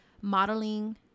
modeling